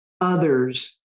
others